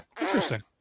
Interesting